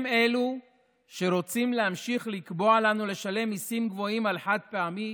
הם אלו שרוצים להמשיך לקבוע לנו לשלם מיסים גבוהים על חד-פעמי